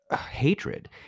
hatred